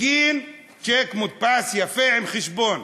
צ'ק מודפס יפה, עם חשבון: